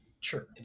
sure